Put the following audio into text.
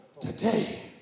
Today